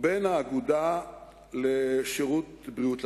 ובין האגודה למען שירותי בריאות הציבור,